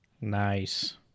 Nice